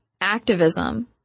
activism